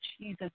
Jesus